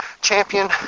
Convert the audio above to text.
champion